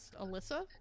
Alyssa